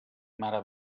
mare